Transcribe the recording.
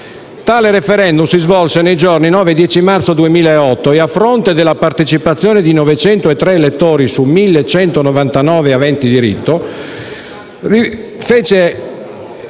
Tale *referendum* si svolse nei giorni 9 e 10 marzo 2008 e, a fronte della partecipazione di 903 elettori su 1.199 aventi diritto, il